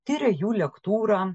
tiria jų lektūrą